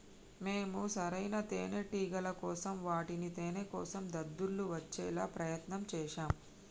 మేము సరైన తేనేటిగల కోసం వాటి తేనేకోసం దద్దుర్లు వచ్చేలా ప్రయత్నం చేశాం